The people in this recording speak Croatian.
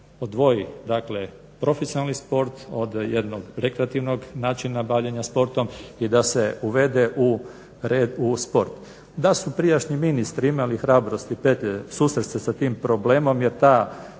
odvoji profesionalni sport od jednog rekreativnog načina bavljenja sportom i da se uvede red u sport. Da su prijašnji ministri imali hrabrosti i petlje susresti se s tim problemom jer ta